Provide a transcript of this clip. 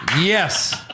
Yes